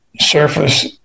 surface